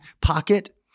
pocket